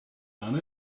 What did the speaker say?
done